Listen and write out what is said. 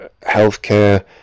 healthcare